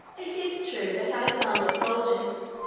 it is true that alexander's soldiers,